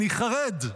אני חרד,